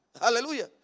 Hallelujah